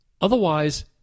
Otherwise